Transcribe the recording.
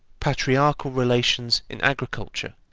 patriarchal relations in agriculture.